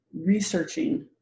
researching